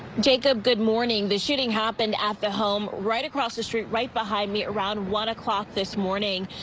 jacob good morning. the shooting happened at the home right across the street right behind me around one o'clock this morning.